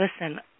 Listen